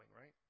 right